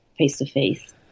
face-to-face